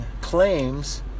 claims